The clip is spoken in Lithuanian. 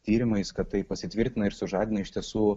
tyrimais kad tai pasitvirtina ir sužadina iš tiesų